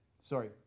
Sorry